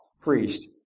priest